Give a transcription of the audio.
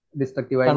destructive